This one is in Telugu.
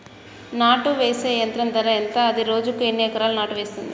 నాటు వేసే యంత్రం ధర ఎంత? అది రోజుకు ఎన్ని ఎకరాలు నాటు వేస్తుంది?